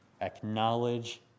acknowledge